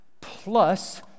plus